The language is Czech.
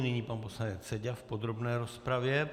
Nyní pan poslanec Seďa v podrobné rozpravě.